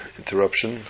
interruption